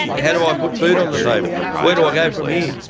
how do i put food on the table? where do i go from here?